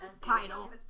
Title